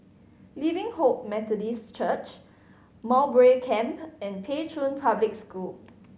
Living Hope Methodist Church Mowbray Camp and Pei Chun Public School